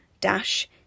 dash